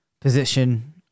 position